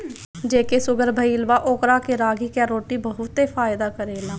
जेके शुगर भईल बा ओकरा के रागी कअ रोटी बहुते फायदा करेला